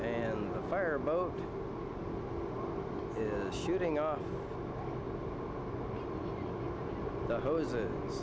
and the fire boat is shooting up the hoses and